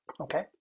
Okay